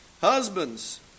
Husbands